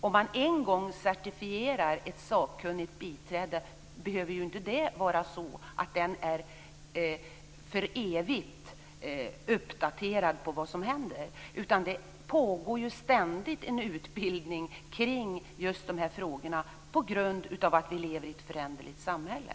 Om ett sakkunnigt biträde en gång certifieras behöver det ju inte innebära att han eller hon för evigt är uppdaterad på vad som händer, utan det pågår ju ständigt en utbildning kring just dessa frågor på grund av att vi lever i ett föränderligt samhälle.